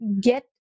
get